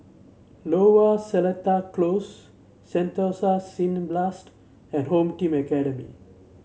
Lower Seletar Close Sentosa Cineblast and Home Team Academy